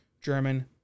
German